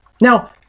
Now